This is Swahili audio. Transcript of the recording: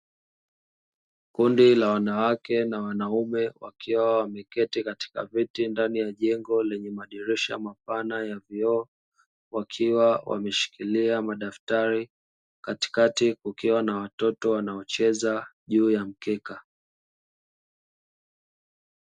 Kundi la Wanawake na Wanaume wakiwa wameketi katika viti ndani ya jengo lenye madirisha mapana ya vioo, wakiwa wameshikilia madaftali, katikati kukiwa na watoto wanaocheza juu ya mkeka.